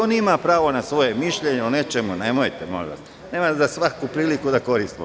On ima pravo na svoje mišljenje o nečemu, nemojte, molim vas da svaku priliku koristimo.